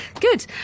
Good